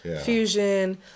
fusion